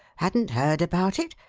hadn't heard about it?